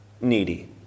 needy